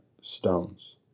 stones